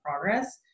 progress